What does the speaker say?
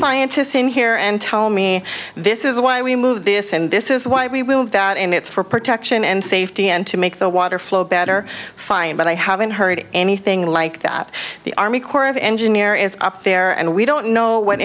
scientists in here and tell me this is why we move this and this is why we will have that and it's for protection and safety and to make the water flow better fine but i haven't heard anything like that the army corps of engineer is up there and we don't know what